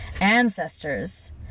ancestors